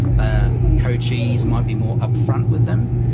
the coachees might be more upfront with them.